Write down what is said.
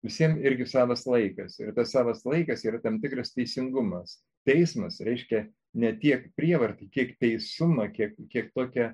visiem irgi savas laikas ir tas savas laikas yra tam tikras teisingumas teismas reiškia ne tiek prievartai kiek teisumą kiek kiek tokią